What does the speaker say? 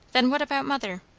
then what about mother?